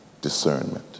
discernment